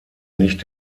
nicht